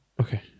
Okay